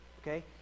okay